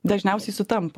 dažniausiai sutampa